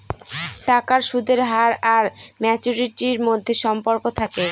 টাকার সুদের হার আর ম্যাচুরিটির মধ্যে সম্পর্ক থাকে